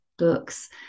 books